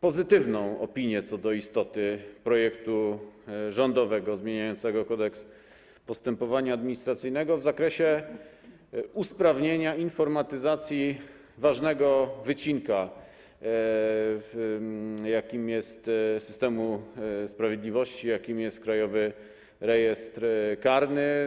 pozytywną opinię co do istoty projektu rządowego zmieniającego Kodeks postępowania administracyjnego w zakresie usprawnienia informatyzacji ważnego wycinka systemu sprawiedliwości, jakim jest Krajowy Rejestr Karny.